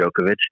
Djokovic